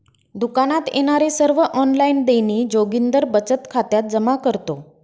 दुकानात येणारे सर्व ऑनलाइन देणी जोगिंदर बचत खात्यात जमा करतो